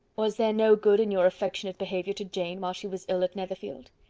was there no good in your affectionate behaviour to jane while she was ill at netherfield?